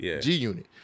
G-Unit